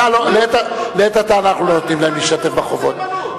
לעת עתה אנחנו לא נותנים להם להשתתף בחובות.